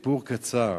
סיפור קצר,